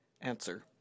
Answer